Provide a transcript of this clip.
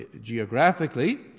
geographically